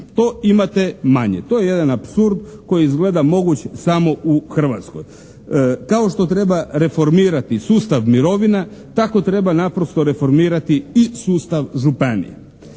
to imate manje. To je jedan apsurd koji je izgleda moguć samo u Hrvatskoj. Kao što treba reformirati sustav mirovina, tako treba naprosto reformirati i sustav županija.